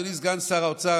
אדוני סגן שר האוצר,